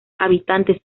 habitantes